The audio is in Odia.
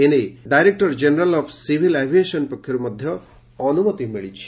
ଏ ନେଇ director general of civil aviation ପକ୍ଷରୁ ଅନୁମତି ମିଳିଛି